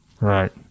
right